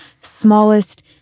smallest